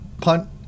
punt